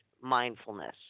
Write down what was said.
mindfulness